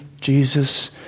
Jesus